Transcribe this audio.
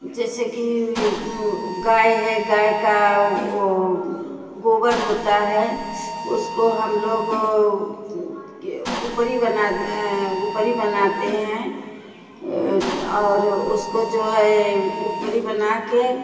जैसे कि गाय है गाय का ओ गोबर होता है उसको हम लोग उपरी बनाते हैं और उसको जो है उपरी बना के